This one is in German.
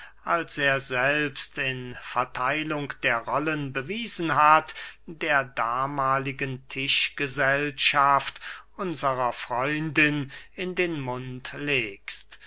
als er selbst in vertheilung der rollen bewiesen hat der damahligen tischgesellschaft unserer freundin in den mund legst